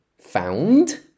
Found